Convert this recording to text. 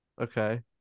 Okay